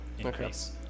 increase